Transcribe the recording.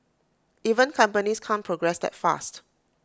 even companies can't progress that fast